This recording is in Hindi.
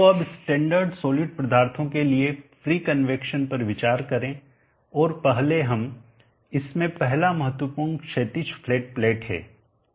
तो अब स्टैंडर्ड सॉलिड पदार्थों के लिए फ्री कन्वैक्शन पर विचार करें और पहले हम इसमें पहला महत्वपूर्ण क्षैतिज फ्लैट प्लेट है